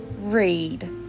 read